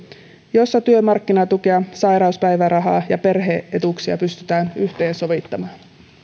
jossa työmarkkinatukea sairauspäivärahaa ja perhe etuuksia pystytään yhteensovittamaan